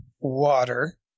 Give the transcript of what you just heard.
water